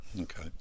Okay